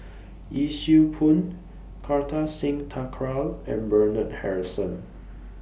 Yee Siew Pun Kartar Singh Thakral and Bernard Harrison